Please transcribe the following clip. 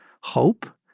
hope